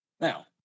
now